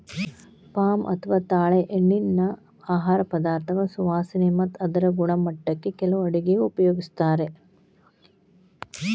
palm ಅಥವಾ ತಾಳೆಎಣ್ಣಿನಾ ಆಹಾರ ಪದಾರ್ಥಗಳ ಸುವಾಸನೆ ಮತ್ತ ಅದರ ಗುಣಮಟ್ಟಕ್ಕ ಕೆಲವು ಅಡುಗೆಗ ಉಪಯೋಗಿಸ್ತಾರ